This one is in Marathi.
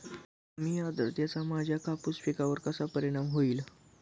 कमी आर्द्रतेचा माझ्या कापूस पिकावर कसा परिणाम होईल?